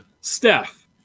Steph